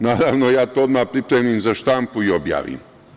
Naravno, ja to odmah pripremim za štampu i objavim.